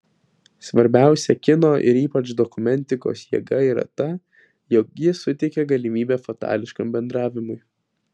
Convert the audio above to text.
svarbiausia kino ir ypač dokumentikos jėga yra ta jog ji suteikia galimybę fatališkam bendravimui